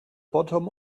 bottom